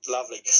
Lovely